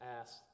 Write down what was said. asked